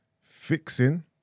Fixing